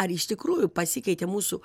ar iš tikrųjų pasikeitė mūsų